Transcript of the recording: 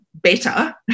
better